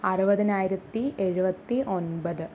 അറുപതിനായിരത്തി എഴുപത്തി ഒൻപത്